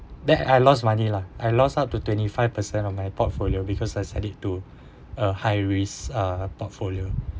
that I lost money lah I lost up to twenty five percent of my portfolio because I set it to uh high risk uh portfolio